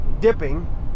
dipping